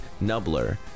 Nubler